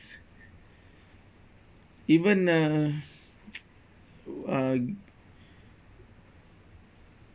even uh uh